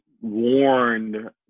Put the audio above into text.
warned